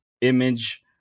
image